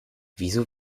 wieso